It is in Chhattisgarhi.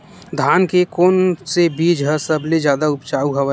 धान के कोन से बीज ह सबले जादा ऊपजाऊ हवय?